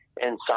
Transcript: inside